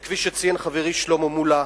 וכפי שציין חברי שלמה מולה,